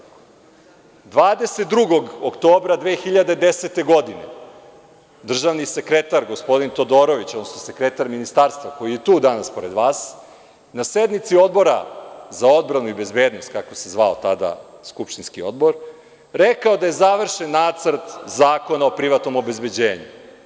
Dakle, 22. oktobra 2010. godine državni sekretar, gospodin Todorović, odnosno sekretar ministarstva, koji je tu danas pored vas, na sednici Odbora za odbranu i bezbednost, kako se zvao tada skupštinski odbor, rekao je da je završen Nacrt zakona o privatnom obezbeđenju.